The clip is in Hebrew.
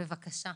בבקשה.